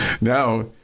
now